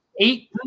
eight